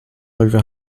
over